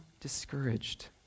discouraged